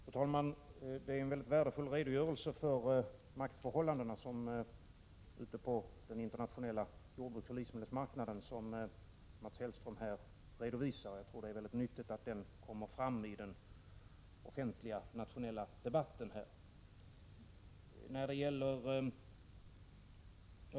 Fru talman! Mats Hellström gav här en mycket värdefull redogörelse för maktförhållandena på den internationella jordbruksoch livsmedelsmarknaden. Jag tror det är nyttigt att dessa synpunkter kommer fram i den offentliga nationella debatten.